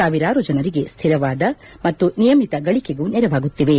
ಸಾವಿರಾರು ಜನರಿಗೆ ಸ್ಥಿರವಾದ ಮತ್ತು ನಿಯಮಿತ ಗಳಿಕೆಗೂ ನೆರವಾಗುತ್ತಿವೆ